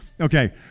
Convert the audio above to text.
Okay